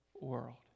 world